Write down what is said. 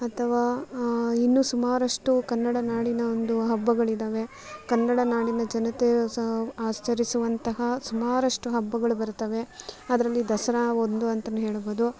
ಅಥವಾ ಇನ್ನು ಸುಮಾರಷ್ಟು ಕನ್ನಡ ನಾಡಿನ ಒಂದು ಹಬ್ಬಗಳಿದ್ದಾವೆ ಕನ್ನಡ ನಾಡಿನ ಜನತೆಯು ಸಹ ಆಶ್ಚರಿಸುವಂತಹ ಸುಮಾರಷ್ಟು ಹಬ್ಬಗಳು ಬರ್ತವೆ ಅದರಲ್ಲಿ ದಸರಾ ಒಂದು ಅಂತಾನು ಹೇಳ್ಬೋದು